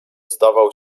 zdawał